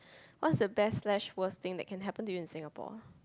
what is the best slash worst things that can happened to you in Singapore